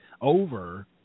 over